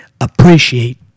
appreciate